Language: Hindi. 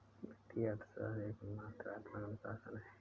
वित्तीय अर्थशास्त्र एक मात्रात्मक अनुशासन है